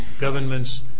government's